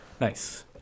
Nice